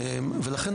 לכן,